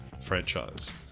franchise